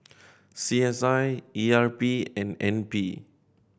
C S I E R P and N P